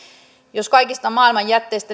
jos kaikista maailman jätteistä